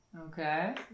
Okay